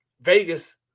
Vegas